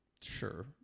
Sure